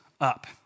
up